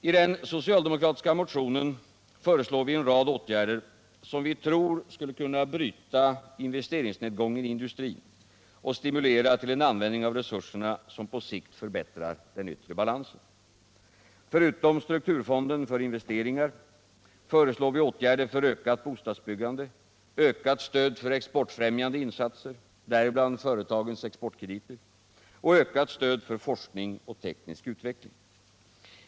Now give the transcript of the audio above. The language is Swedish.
I den socialdemokratiska motionen föreslår vi en rad åtgärder som vi tror skulle kunna bryta investeringsnedgången i industrin och stimulera till en användning av resurserna som på sikt förbättrar den yttre balansen. Förutom strukturfonden för investeringar föreslår vi åtgärder för ökat bostadsbyggande, ökat stöd för exportfrämjande insatser, däribland företagens exportkrediter, och ökat stöd för forskning och teknisk utveckling.